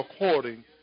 according